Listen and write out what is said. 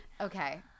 Okay